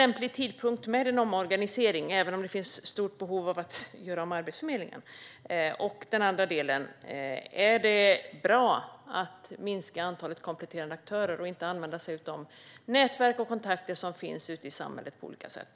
Även om det finns ett stort behov av att göra om Arbetsförmedlingen undrar jag: Är det en lämplig tidpunkt för en omorganisering? Är det bra att minska antalet kompletterande aktörer och att inte använda sig av de nätverk och kontakter som finns ute i samhället på olika sätt?